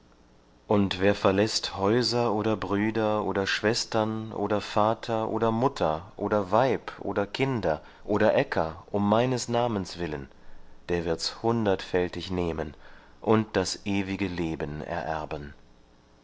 und wer verläßt häuser oder brüder oder schwestern oder vater oder mutter oder weib oder kinder oder äcker um meines namens willen der wird's hundertfältig nehmen und das ewige leben ererben